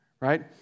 right